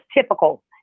typical